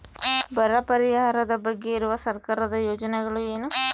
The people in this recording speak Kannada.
ಬರ ಪರಿಹಾರದ ಬಗ್ಗೆ ಇರುವ ಸರ್ಕಾರದ ಯೋಜನೆಗಳು ಏನು?